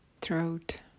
throat